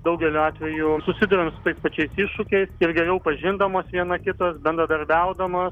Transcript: daugeliu atvejų susiduriam su tais pačiais iššūkiai ir geriau pažindamos viena kitos bendradarbiaudamo